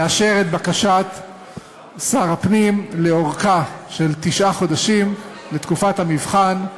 לאשר את בקשת שר הפנים לארכה של תשעה חודשים לתקופת המבחן,